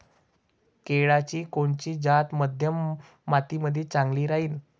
केळाची कोनची जात मध्यम मातीमंदी चांगली राहिन?